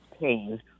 pain